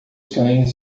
cães